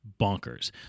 bonkers